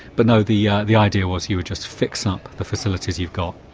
but, no, the yeah the idea was you would just fix up the facilities you've got,